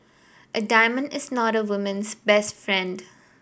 a diamond is not a woman's best friend